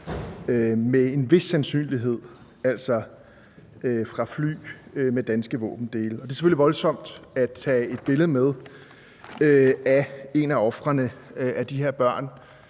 med en vis sandsynlighed altså fra fly med danske våbendele. Det er selvfølgelig voldsomt at tage et billede med af et af ofrene, af de her børn,